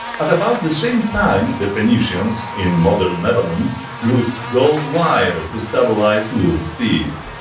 at about the same time, the phoenicians in modern lebanon used gold wire to stabilize loose teeth.